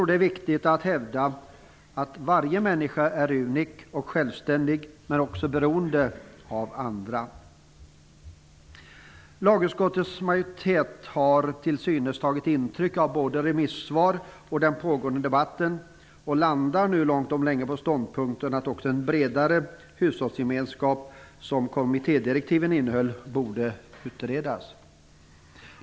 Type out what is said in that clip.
Det är viktigt att hävda att varje människa är unik och självständig men också beroende av andra. Lagutskottets majoritet har till synes tagit intryck både av remissvar och av den pågående debatten och landar nu långt om länge på ståndpunkten att också en bredare hushållsgemenskap, som kommittédirektiven talar om, borde utredas.